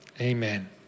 Amen